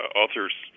author's